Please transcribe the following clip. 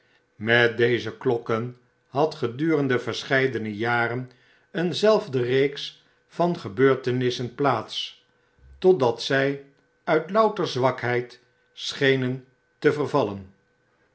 met deze kiokken had gedurende verscheidene jaren een zelfde reeks van gebeurtenissen plaats totdat zy uit louter zwakheid schenen te vervallen